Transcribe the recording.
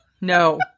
no